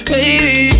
Baby